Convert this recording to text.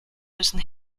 müssen